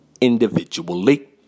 individually